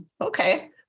Okay